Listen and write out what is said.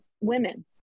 women